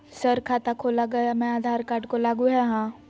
Sir खाता खोला गया मैं आधार कार्ड को लागू है हां?